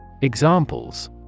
Examples